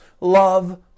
love